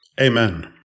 Amen